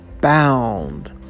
bound